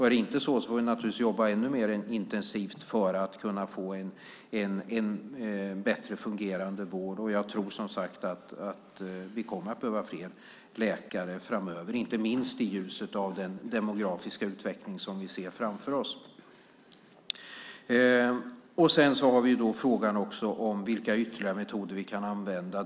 Är det inte så måste vi jobba ännu mer intensivt för att få en bättre fungerande vård. Jag tror att vi kommer att behöva fler läkare framöver. Det gäller inte minst i ljuset av den demografiska utveckling vi ser framför oss. Vi har också frågan om vilka ytterligare metoder som vi kan använda.